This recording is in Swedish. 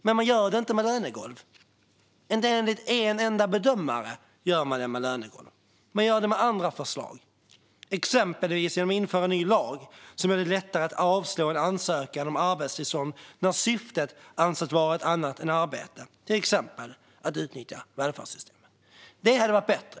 Men man gör det inte med lönegolv - inte enligt en enda bedömare gör man det med lönegolv. Man gör det med andra förslag, exempelvis genom att införa en ny lag som gör det lättare att avslå en ansökan om arbetstillstånd när syftet anses vara ett annat än arbete, till exempel att utnyttja välfärdssystemet. Det hade varit bättre.